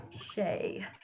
Shay